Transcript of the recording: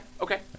okay